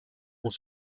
ont